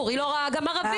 היא לא רואה גם ערבים.